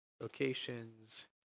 locations